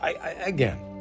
Again